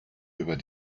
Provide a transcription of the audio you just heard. über